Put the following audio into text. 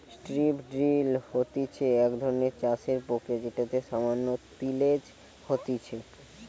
strip drill হতিছে এক ধরণের চাষের প্রক্রিয়া যেটাতে সামান্য তিলেজ হতিছে